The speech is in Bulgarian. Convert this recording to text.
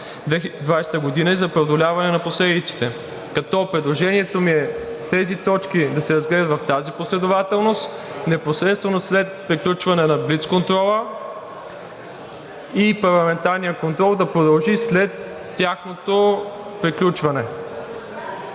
2020 г., и за преодоляване на последиците. Предложението ми е тези точки да се разгледат в тази последователност непосредствено след приключване на блицконтрола, а Парламентарният контрол да продължи след тяхното приключване.